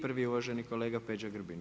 Prvi uvaženi kolega Peđa Grbin.